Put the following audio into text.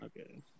Okay